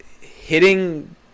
Hitting